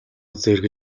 зэрэг